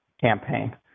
campaign